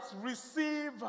receive